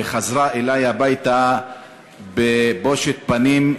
וחזרה אלי הביתה בבושת פנים,